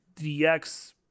dx